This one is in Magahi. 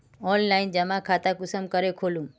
ऑनलाइन जमा खाता कुंसम करे खोलूम?